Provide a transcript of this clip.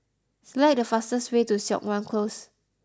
select the fastest way to Siok Wan Close